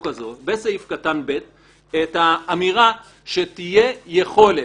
הזאת בסעיף קטן (ב) את האמירה שתהיה יכולת,